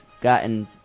gotten